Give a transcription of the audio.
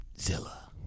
Zilla